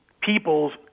people's